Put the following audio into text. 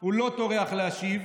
הוא לא טורח להשיב.